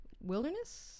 Wilderness